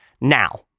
Now